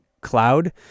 Cloud